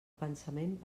pensament